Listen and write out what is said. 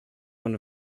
one